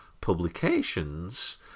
publications